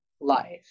life